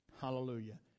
Hallelujah